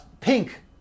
pink